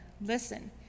listen